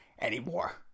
anymore